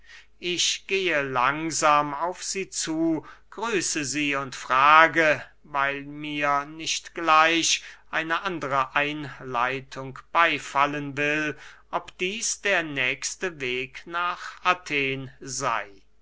ich gehe langsam auf sie zu grüße sie und frage weil mir nicht gleich eine andere einleitung beyfallen will ob dieß der nächste weg nach athen sey